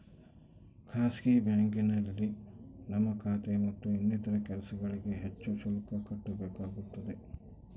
ಖಾಸಗಿ ಬ್ಯಾಂಕಿಂಗ್ನಲ್ಲಿ ನಮ್ಮ ಖಾತೆ ಮತ್ತು ಇನ್ನಿತರ ಕೆಲಸಗಳಿಗೆ ಹೆಚ್ಚು ಶುಲ್ಕ ಕಟ್ಟಬೇಕಾಗುತ್ತದೆ